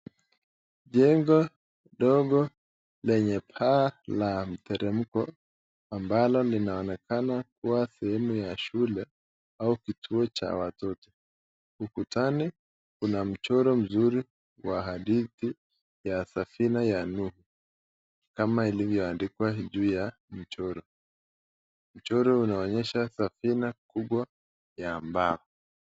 Jengo dogo leye paa la mteremko ambalo linaonekana kuwa sehemu ya shule au kituo cha watoto. Ukutani, kuna mchoro mzuri wa hadithi ya safina ya Noah, kama ilivyoandikwa juu ya mchoro. Mchoro unaonyesha safina kubwa ya mbao.